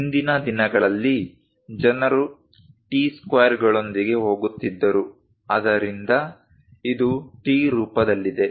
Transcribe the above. ಹಿಂದಿನ ದಿನಗಳಲ್ಲಿ ಜನರು T ಸ್ಕ್ವೇರ್ ಗಳೊಂದಿಗೆ ಹೋಗುತ್ತಿದ್ದರು ಆದ್ದರಿಂದ ಇದು T ರೂಪದಲ್ಲಿದೆ